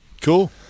Cool